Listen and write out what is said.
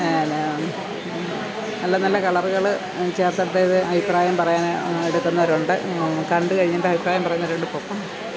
ന നല്ല നല്ല കളറുകൾ ചേർത്തെടുത്തത് അഭിപ്രായം പറയാൻ എടുക്കുന്നവരുണ്ട് കണ്ട് കഴിഞ്ഞിട്ട് അഭിപ്രായം പറയുന്നവർ ഉണ്ട് ഇപ്പോൾ